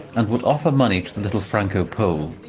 and would offer money to the little franco-pole,